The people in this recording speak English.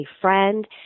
friend